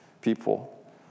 people